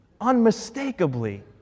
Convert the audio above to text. unmistakably